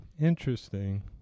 Interesting